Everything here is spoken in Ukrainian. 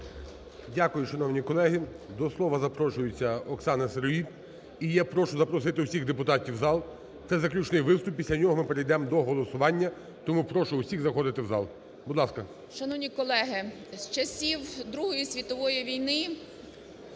Дякую, шановні колеги. До слова запрошується Оксана Сироїд. І я прошу запросити всіх депутатів у зал, це заключний виступ, після нього ми перейдемо до голосування, тому прошу всіх заходити у зал. Будь ласка. 10:30:24 СИРОЇД О.І. Шановні колеги, з часів Другої світової війни